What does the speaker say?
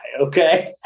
Okay